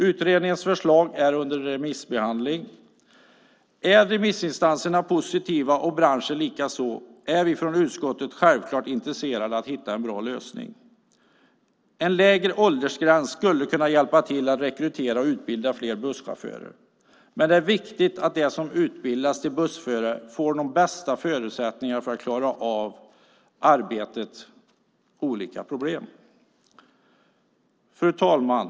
Utredningens förslag är under remissbehandling. Om remissinstanserna är positiva och branschen likaså är vi från utskottet självklart intresserade av att hitta en bra lösning. En lägre åldersgräns skulle kunna hjälpa till att rekrytera och utbilda fler busschaufförer. Men det är viktigt att de som utbildas till bussförare får de bästa förutsättningarna för att klara av arbetets olika problem. Fru talman!